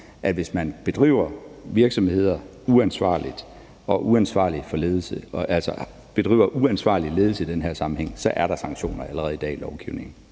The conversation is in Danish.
at hvis man driver virksomheder uansvarligt og bedriver uansvarlig ledelse i den her sammenhæng, så er der sanktioner allerede i dag